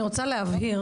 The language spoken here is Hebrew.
אני רוצה להבהיר,